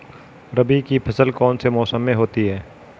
रबी की फसल कौन से मौसम में होती है?